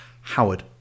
howard